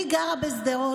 אני גרה בשדרות,